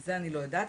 זה אני לא יודעת.